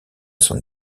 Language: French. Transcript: son